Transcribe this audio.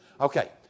Okay